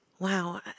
Wow